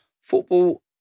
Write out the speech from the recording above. Football